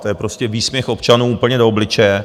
To je prostě výsměch občanům úplně do obličeje.